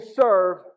serve